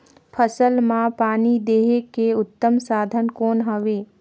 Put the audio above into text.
फसल मां पानी देहे के उत्तम साधन कौन हवे?